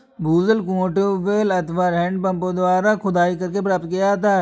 भूजल कुओं, ट्यूबवैल अथवा हैंडपम्पों द्वारा खुदाई करके प्राप्त किया जाता है